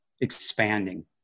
expanding